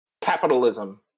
capitalism